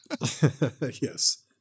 Yes